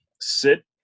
sit